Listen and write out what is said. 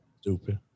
Stupid